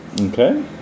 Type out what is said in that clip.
Okay